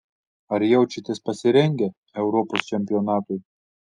ar jaučiatės pasirengę europos čempionatui